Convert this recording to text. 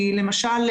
למשל,